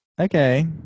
Okay